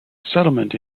settlement